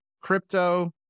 crypto